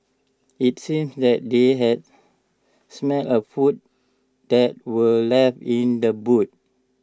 IT seemed that they had smelt A food that were left in the boot